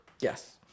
Yes